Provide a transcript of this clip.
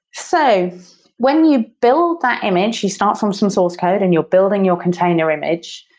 so when you build that image, you start from some source code and you're building your container image,